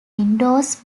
windows